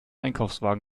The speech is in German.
einkaufswagen